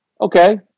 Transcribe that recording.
Okay